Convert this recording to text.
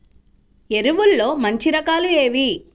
ఎరువుల్లో మంచి రకాలు ఏవి?